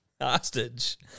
Hostage